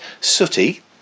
sooty